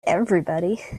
everybody